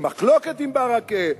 במחלוקת עם ברכה,